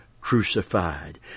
crucified